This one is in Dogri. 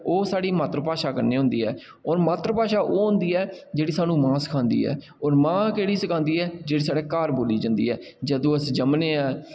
ओह् साढ़ी मात्तरभाशा कन्नै होंदी ऐ और मात्तरभाशा ओह् होंदी ऐ जेह्ड़ी स्हान्नूं मां सखांदी ऐ होर मां केह्ड़ी सखांदी ऐ जेह्ड़ी साढ़े घर बोल्ली जंदी ऐ जदूं अस जम्मने आं